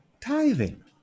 tithing